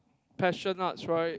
PassionArts right